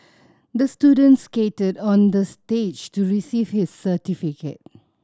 the student skated on the stage to receive his certificate